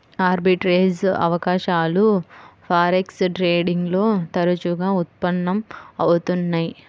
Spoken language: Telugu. ఆర్బిట్రేజ్ అవకాశాలు ఫారెక్స్ ట్రేడింగ్ లో తరచుగా ఉత్పన్నం అవుతున్నయ్యి